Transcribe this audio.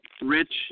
Rich